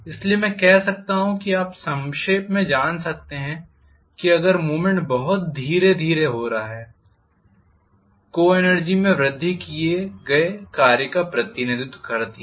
इसलिए मैं कह सकता हूं कि आप संक्षेप में जान सकते हैं अगर मूवमेंट बहुत धीरे धीरे हो रहा है को एनर्जी में वृद्धि किए गए कार्य का प्रतिनिधित्व करती है